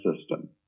system